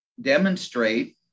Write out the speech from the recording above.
demonstrate